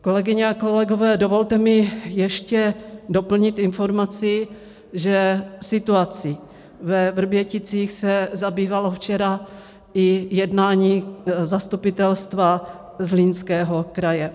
Kolegyně a kolegové, dovolte mi ještě doplnit informaci, že situací ve Vrběticích se zabývalo včera i jednání zastupitelstva Zlínského kraje.